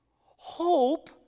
hope